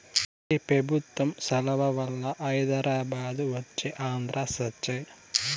ఈ పెబుత్వం సలవవల్ల హైదరాబాదు వచ్చే ఆంధ్ర సచ్చె